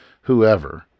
whoever